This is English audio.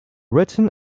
written